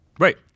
Right